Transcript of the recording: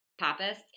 Pappas